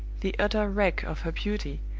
the utter wreck of her beauty